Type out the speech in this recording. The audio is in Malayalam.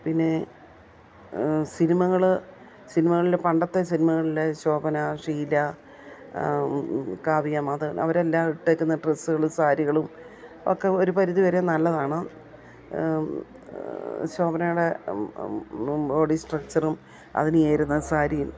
പിന്നെ സിനിമകൾ സിനിമകളിൽ പണ്ടത്തെ സിനിമകളിലെ ശോഭന ഷീല കാവ്യ മാധവൻ അവരെല്ലാം ഇട്ടിരിക്കുന്ന ഡ്രസ്സുകൾ സാരികളും ഒക്കെ ഒരു പരിധി വരെ നല്ലതാണ് ശോഭനയുടെ ബോഡി സ്ട്രക്ച്ചറും അതിനു ചേരുന്ന സാരിയും